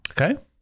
Okay